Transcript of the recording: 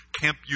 Camp